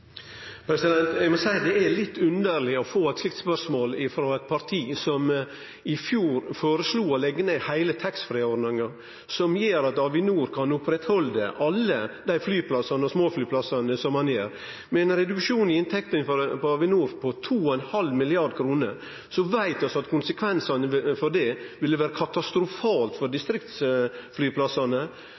Eg må seie at det er litt underleg å få eit slikt spørsmål frå eit parti som i fjor føreslo å leggje ned heile taxfree-ordninga, som gjer at Avinor kan oppretthalde alle dei flyplassane og småflyplassane som ein gjer. Med ein reduksjon i inntekta for Avinor på 2,5 mrd. kr veit vi at konsekvensane for det ville vere katastrofalt for distriktsflyplassane.